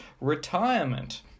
retirement